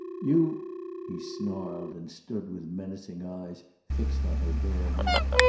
you he snarled, and stood with menacing eyes fixed on her bare neck.